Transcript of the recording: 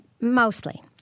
mostly